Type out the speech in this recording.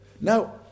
Now